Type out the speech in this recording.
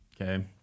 okay